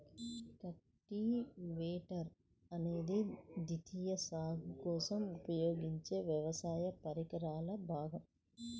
cultivator అనేది ద్వితీయ సాగు కోసం ఉపయోగించే వ్యవసాయ పరికరాల భాగం